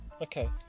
Okay